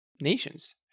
nations